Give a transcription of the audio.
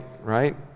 right